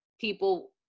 people